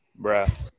bruh